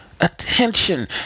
attention